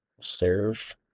serve